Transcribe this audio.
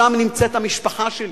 שם נמצאת המשפחה שלי.